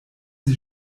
sie